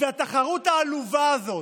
והתחרות העלובה הזאת,